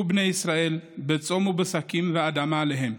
בני ישראל בצום ובשקים ואדמה עליהם.